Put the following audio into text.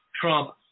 Trump